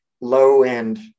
low-end